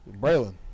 Braylon